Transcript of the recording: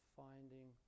finding